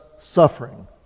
suffering